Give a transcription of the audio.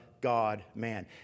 God-man